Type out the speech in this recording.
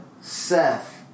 Seth